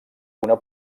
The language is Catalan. una